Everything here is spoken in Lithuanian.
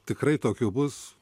tikrai tokių bus